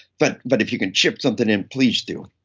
but but if you can chip something in, please do.